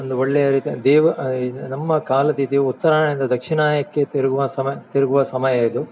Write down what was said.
ಒಂದು ಒಳ್ಳೆಯ ರೀತಿಯ ದೇವ ಇದು ನಮ್ಮ ಕಾಲ ತಿಥಿಯು ಉತ್ತರಾಯಣದಿಂದ ದಕ್ಷಿಣಾಯಕ್ಕೆ ತಿರುಗುವ ಸಮ ತಿರುಗುವ ಸಮಯ ಇದು